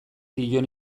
dion